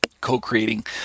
co-creating